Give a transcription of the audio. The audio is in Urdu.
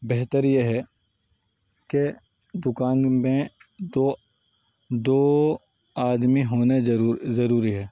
بہتر یہ ہے کہ دکان میں دو دو آدمی ہونے جرو ضروری ہے